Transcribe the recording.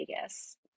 Vegas